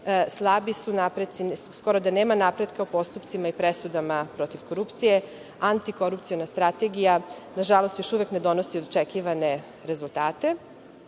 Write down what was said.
Slabi su napreci, skoro da nema napretka u postupcima i presudama protiv korupcije. Antikorupciona strategija, nažalost, još uvek ne donosi očekivane rezultate. Napori